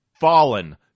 Fallen